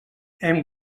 hem